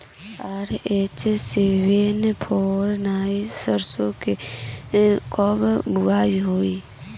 RH seven four nine सरसो के कब बुआई होई?